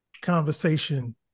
conversation